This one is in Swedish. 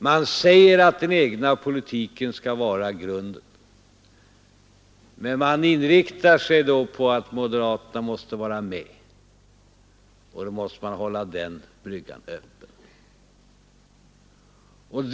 Man säger att den egna politiken skall vara grunden, men man inriktar sig på att moderaterna skall vara med och måste då hålla bryggan till dem öppen.